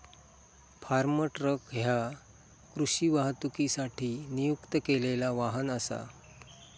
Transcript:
form truck ह्या कृषी वाहतुकीसाठी नियुक्त केलेला वाहन असा